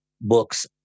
books